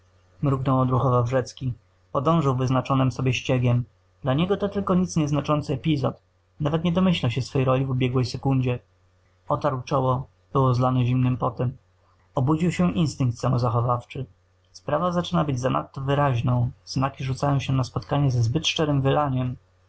mruknął odruchowo wrzecki podążył wyznaczonym sobie ściegiem dla niego to tylko nic nie znaczący epizod nawet nie domyśla się swej roli w ubiegłej sekundzie otarł czoło było zlane zimnym potem obudził się instynkt samozachowawczy sprawa zaczyna być zanadto wyraźną znaki rzucają się na spotkanie ze zbyt